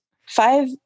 five